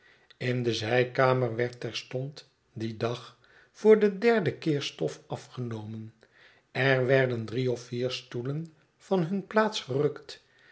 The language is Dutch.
in de zijkamer werd terstond dien dag voor den derden keer stof afgenomen er werden drie of vier stoelen van hun plaats gerukt